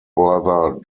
brother